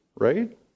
right